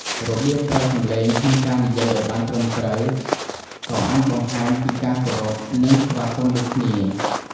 របៀបប្រើសម្លេងក្នុងការនិយាយឱ្យបានត្រឹមត្រូវក៏អាចបង្ហាញពីការគោរព និងស្វាគមន៍ដូចគ្នា។